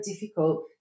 difficult